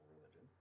religion